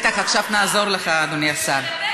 אין כל קשר.